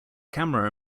camera